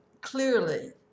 clearly